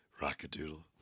Rockadoodle